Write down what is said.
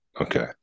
Okay